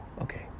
Okay